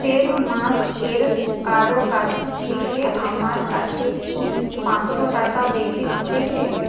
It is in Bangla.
শেষ মাসের কারো কাছ থেকে আমার কাছে কি পাঁচশো টাকার বেশি ঢুকেছে